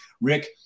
Rick